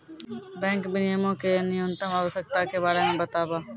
bank विनियमो के न्यूनतम आवश्यकता के बारे मे बताबो